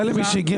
למי שהגיע